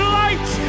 light